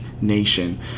nation